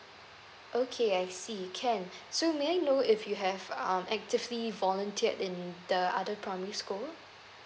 okay I see can so may I know if you have um actively volunteered in the other primary school